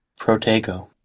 Protego